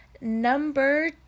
number